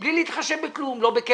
בלי להתחשב בכלום, לא בכסף,